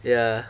ya